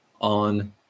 on